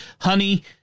honey